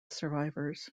survivors